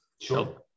Sure